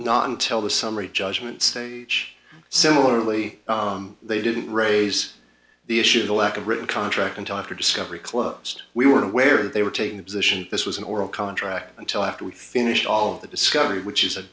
not until the summary judgment stage similarly they didn't raise the issue of the lack of a written contract until after discovery closed we were aware that they were taking the position this was an oral contract until after we finished all the discovery which is a